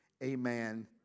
Amen